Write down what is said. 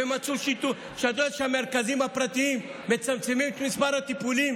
ומצאו שהמרכזים הפרטיים מצמצמים את מרכז הטיפולים